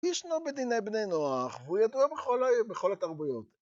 ישנו בדיני בני נוח, הוא ידוע בכל התרבויות.